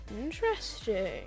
interesting